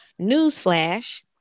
newsflash